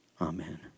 amen